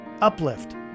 Uplift